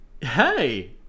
hey